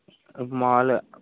మాములుగా